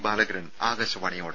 ബാലകിരൺ ആകാശവാണിയോട്